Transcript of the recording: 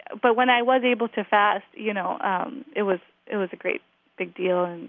but when i was able to fast, you know um it was it was a great big deal. and